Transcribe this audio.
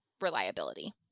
reliability